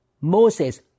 Moses